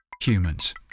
Humans